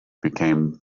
became